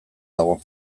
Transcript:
dago